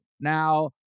Now